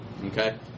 Okay